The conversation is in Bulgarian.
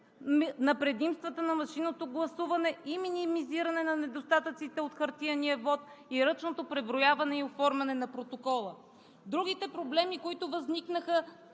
на предимствата на машинното гласуване и минимизиране на недостатъците от хартиения вот, ръчното преброяване и оформяне на протокола. Другите проблеми, които възникнаха,